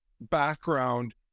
background